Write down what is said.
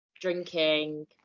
drinking